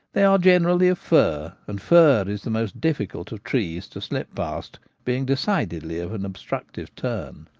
they are generally of fir and fir is the most difficult of trees to slip past, being decidedly of an obstructive turn.